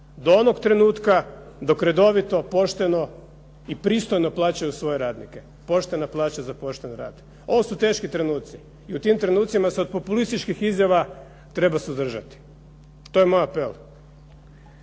do onog trenutka dok redovito, pošteno i pristojno plaćaju svoje radnike. Poštena plaća za pošten rad. Ovo su teški trenuci i u tim trenucima se od populističkih izjava treba suzdržati. To je moj apel.